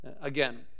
Again